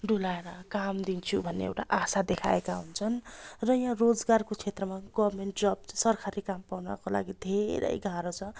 डुलाएर काम दिन्छु भन्ने एउटा आशा देखाएका हुन्छन् र यहाँ रोजगारको क्षेत्रमा गभर्मेन्ट जब सरकारी काम पाउनको लागि धेरै गाह्रो छ